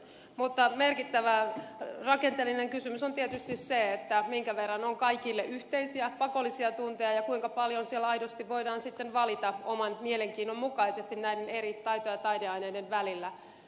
mutta merkittävä rakenteellinen kysymys on tietysti se minkä verran on kaikille yhteisiä pakollisia tunteja ja kuinka paljon siellä aidosti voidaan sitten valita oman mielenkiinnon mukaisesti näiden eri taito ja taideaineiden välillä